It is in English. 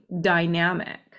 dynamic